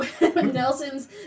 Nelson's